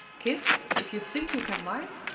kit, if you think you can mind,